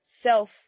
self